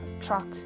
truck